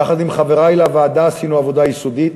יחד עם חברי לוועדה עשינו עבודה יסודית,